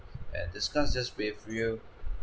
and discuss just with you